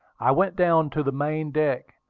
i went down to the main deck,